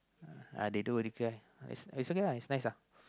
uh they do roti kirai is okay lah is nice ah